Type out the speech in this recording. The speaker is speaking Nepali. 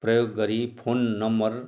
प्रयोग गरी फोन नम्बर